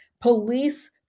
Police